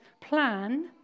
plan